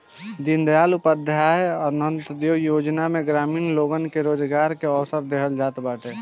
दीनदयाल उपाध्याय अन्त्योदय योजना में ग्रामीण लोगन के रोजगार के अवसर देहल जात बाटे